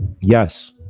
Yes